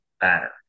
better